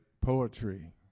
poetry